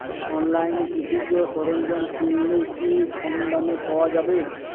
অনলাইনে কৃষিজ সরজ্ঞাম কিনলে কি কমদামে পাওয়া যাবে?